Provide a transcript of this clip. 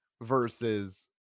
versus